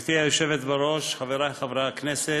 גברתי היושבת בראש, חברי חברי הכנסת,